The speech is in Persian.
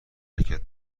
حرکت